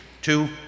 Two